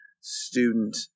student